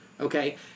Okay